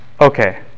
okay